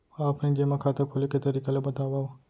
Offline जेमा खाता खोले के तरीका ल बतावव?